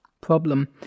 problem